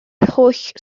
holl